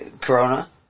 corona